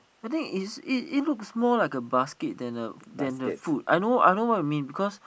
I think it it's it looks more like a basket than a food I know I know what you mean